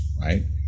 right